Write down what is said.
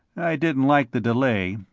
i didn't like the delay,